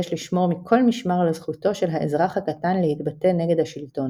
יש לשמור מכל משמר על זכותו של האזרח הקטן להתבטא נגד השלטון.